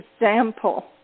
example